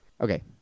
Okay